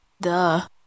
Duh